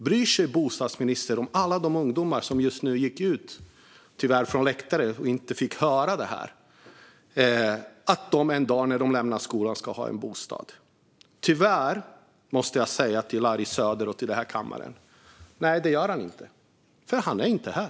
Bryr sig bostadsministern om alla de ungdomar som tyvärr just gick ut från läktaren och inte fick höra detta och att de en dag, när de lämnar skolan, ska ha en bostad? Tyvärr måste jag säga till Larry Söder och till kammaren: Nej, det gör han inte, för han är inte här.